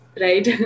right